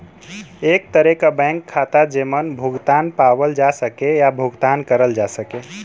एक तरे क बैंक खाता जेमन भुगतान पावल जा सके या भुगतान करल जा सके